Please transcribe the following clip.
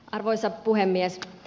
arvoisa puhemies